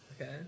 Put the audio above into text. Okay